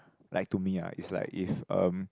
like to me ah is like if um